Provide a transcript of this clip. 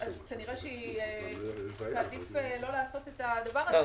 כנראה שהיא תעדיף לא לעשות את הדבר הזה.